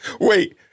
Wait